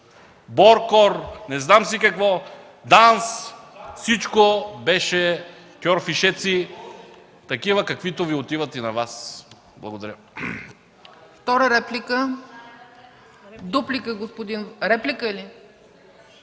„Бор-Кор”, не знам си какво, ДАНС – всичко беше кьорфишеци и такива, каквито Ви отиват и на Вас. Благодаря.